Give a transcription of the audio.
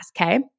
Okay